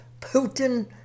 Putin